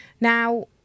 Now